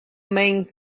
main